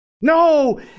No